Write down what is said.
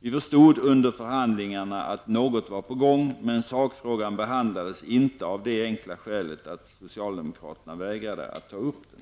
Vi förstod under förhandlingarna att något var på gång, men sakfrågan behandlades inte av det enkla skälet att socialdemokraterna vägrade att ta upp den.